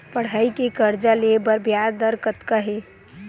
पढ़ई के कर्जा ले बर ब्याज दर कतका हे?